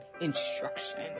instruction